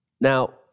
Now